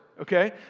okay